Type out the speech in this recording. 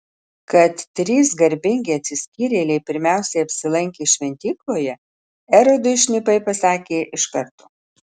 kad trys garbingi atsiskyrėliai pirmiausiai apsilankė šventykloje erodui šnipai pasakė iš karto